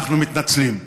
אנחנו מתנצלים.